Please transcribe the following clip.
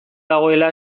dagoela